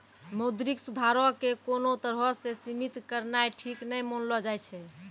मौद्रिक सुधारो के कोनो तरहो से सीमित करनाय ठीक नै मानलो जाय छै